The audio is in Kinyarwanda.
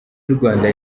yurwanda